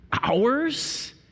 hours